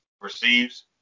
receives